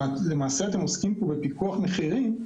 למעשה, אתם עוסקים פה בפיקוח מחירים,